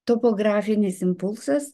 topografinis impulsas